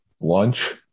Lunch